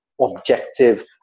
objective